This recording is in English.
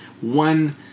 one